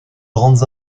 grandes